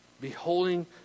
Beholding